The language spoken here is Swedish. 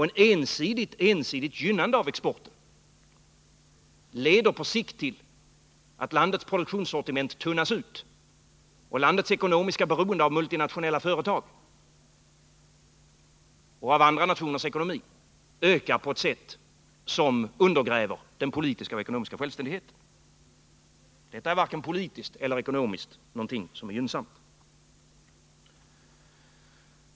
Ett ensidigt gynnande av exporten leder på sikt till att landets produktionssortiment tunnas ut och att landets ekonomiska beroende av multinationella företag och andra nationers ekonomi ökar på ett sätt som undergräver den politiska och ekonomiska självständigheten. Detta är varken politiskt eller ekonomiskt gynnsamt.